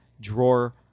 drawer